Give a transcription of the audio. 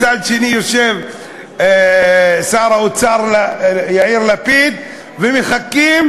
מצד שני יושב שר האוצר יאיר לפיד, ומחכים,